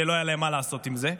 שלא היה להם מה לעשות עם זה.